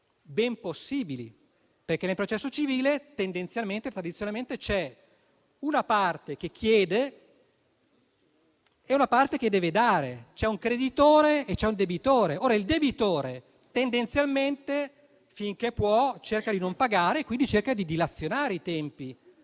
ben possibili. Nel processo civile, tendenzialmente e tradizionalmente, c'è una parte che chiede e una parte che deve dare, c'è un creditore e un debitore. Il debitore tendenzialmente, finché può, cerca di non pagare e quindi cerca di dilazionare i tempi